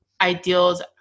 ideals